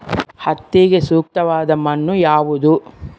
ಹತ್ತಿಗೆ ಸೂಕ್ತವಾದ ಮಣ್ಣು ಯಾವುದು?